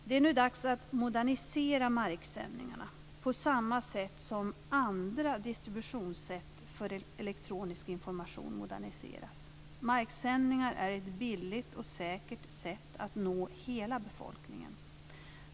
Det är nu dags att modernisera marksändningarna, på samma sätt som andra distributionssätt för elektronisk information moderniseras. Marksändningar är ett billigt och säkert sätt att nå hela befolkningen.